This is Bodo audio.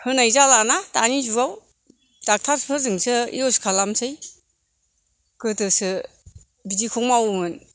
होनाय जालाना दानि जुगआव डक्टर फोरजोंसो इउस खालामसै गोदोसो बिदिखौ मावोमोन